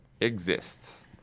exists